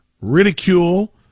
ridicule